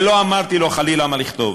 ולא אמרתי לו חלילה מה לכתוב,